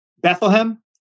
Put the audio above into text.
Bethlehem